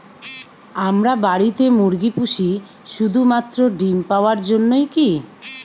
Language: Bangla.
আমরা বাড়িতে মুরগি পুষি শুধু মাত্র ডিম পাওয়ার জন্যই কী?